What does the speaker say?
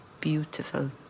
beautiful